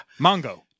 Mongo